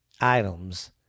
items